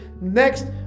Next